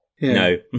No